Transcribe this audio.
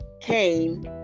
came